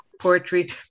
poetry